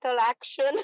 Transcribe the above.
action